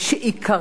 וזה מה שחשוב,